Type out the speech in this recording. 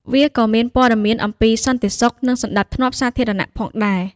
វាក៏មានព័ត៌មានអំពី សន្តិសុខ និងសណ្ដាប់ធ្នាប់សាធារណៈ ផងដែរ។